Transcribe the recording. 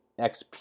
XP